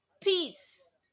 Peace